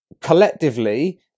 collectively